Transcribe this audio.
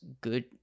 good